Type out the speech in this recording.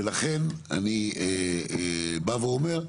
ולכן אני בא ואומר,